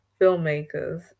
filmmakers